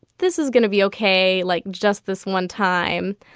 this is going to be ok, like, just this one time.